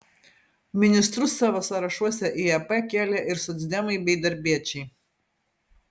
ministrus savo sąrašuose į ep kėlė ir socdemai bei darbiečiai